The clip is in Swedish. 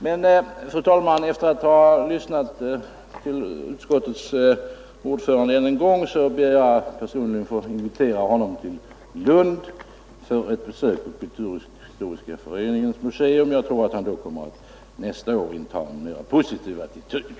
Men, fru talman, efter att ha lyssnat till utskottets ordförande än en gång ber jag att personligen få invitera honom till Lund för ett besök på Kulturhistoriska föreningens museum. Jag tror att han då kommer att nästa år inta en mera positiv attityd.